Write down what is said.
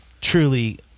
Truly